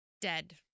Dead